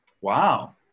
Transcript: Wow